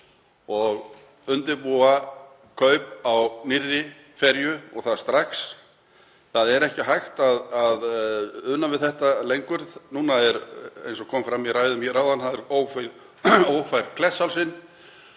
og undirbúa kaup á nýrri ferju og það strax. Það er ekki hægt að una við þetta lengur. Núna er, eins og kom fram í ræðum áðan, Klettshálsinn